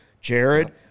Jared